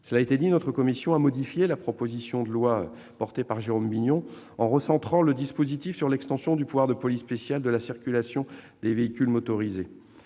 cela a déjà souligné, notre commission a modifié la proposition de loi initiale portée par Jérôme Bignon, en recentrant le dispositif sur l'extension du pouvoir de police spéciale de la circulation des véhicules motorisés.